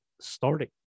starting